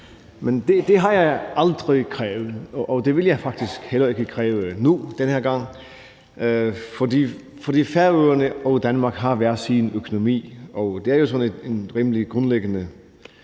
Men det har jeg aldrig krævet, og det vil jeg faktisk heller ikke kræve nu den her gang, fordi Færøerne og Danmark har hver sin økonomi. Det er jo sådan et rimeligt grundlæggende